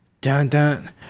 Dun-dun